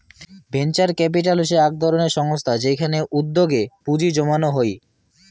venture capital হসে আক ধরণের সংস্থা যেইখানে উদ্যোগে পুঁজি জমানো হই